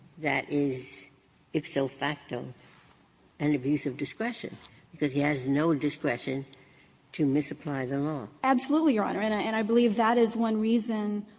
that is ipso facto an abuse of discretion because he has no discretion to misapply the law. ho absolutely, your honor. and and i believe that is one reason,